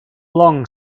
long